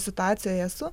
situacijoj esu